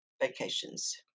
vacations